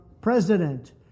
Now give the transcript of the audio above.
president